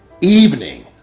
Evening